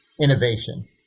innovation